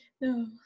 no